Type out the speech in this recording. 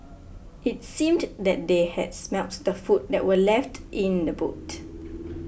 it seemed that they had smelt the food that were left in the boot